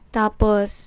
tapos